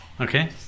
Okay